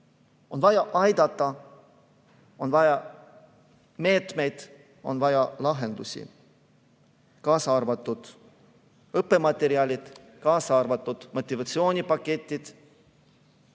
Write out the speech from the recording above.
tahet aidata. On vaja meetmeid, on vaja lahendusi, kaasa arvatud õppematerjalid, kaasa arvatud motivatsioonipaketid,